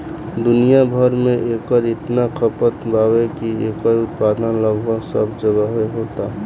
दुनिया भर में एकर इतना खपत बावे की एकर उत्पादन लगभग सब जगहे होता